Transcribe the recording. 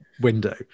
window